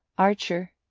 archer,